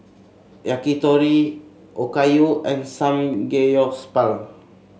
Yakitori Okayu and Samgeyopsal